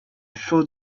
feel